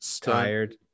tired